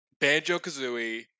Banjo-Kazooie